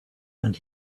and